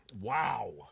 wow